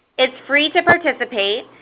it's free to participate.